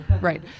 Right